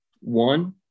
one